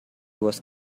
was